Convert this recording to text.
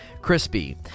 crispy